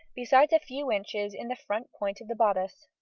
besides a few inches in the front point of the bodice.